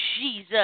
jesus